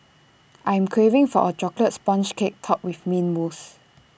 I am craving for A Chocolate Sponge Cake Topped with Mint Mousse